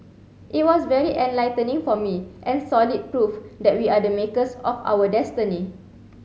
it was very enlightening for me and solid proof that we are the makers of our destiny